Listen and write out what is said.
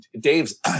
Dave's